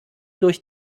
durch